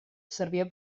servia